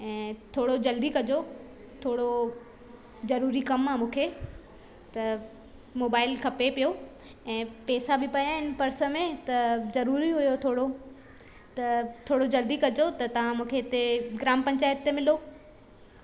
ऐं थोरो जल्दी कजो थोरो जरूरी कम आहे मूंखे त मोबाइल खपे पियो ऐं पेसा बि पिया आहिनि पर्स में त जरूरी हुयो थोरो त थोरो जल्दी कजो त तव्हां मूंखे हिते ग्राम पंचायत ते मिलो